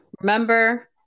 Remember